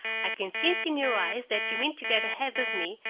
i can see it in your eyes that you mean to get ahead of me,